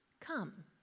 Come